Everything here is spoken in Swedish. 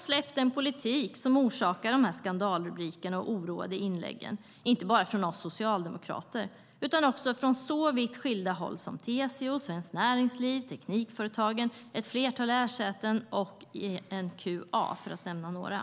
Släpp den politik som orsakar skandalrubrikerna och de oroade inläggen, inte bara från oss socialdemokrater utan också från så vitt skilda håll som TCO, Svenskt Näringsliv, Teknikföretagen, ett flertal lärosäten och ENQA, för att nämna några.